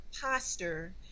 posture